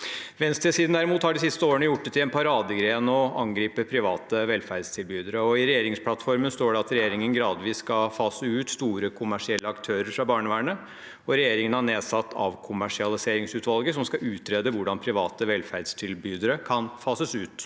Venstresiden har de siste årene derimot gjort det til en paradegren å angripe private velferdstilbydere. I regjeringsplattformen står det at regjeringen gradvis skal fase ut store kommersielle aktører fra barnevernet. Regjeringen har nedsatt avkommersialiseringsutvalget, som skal utrede hvordan private velferdstilbydere kan fases ut.